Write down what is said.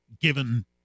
given